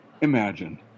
Imagine